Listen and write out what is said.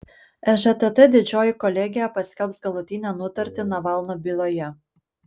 ežtt didžioji kolegija paskelbs galutinę nutartį navalno byloje